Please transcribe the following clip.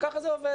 כך זה עובד.